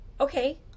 Okay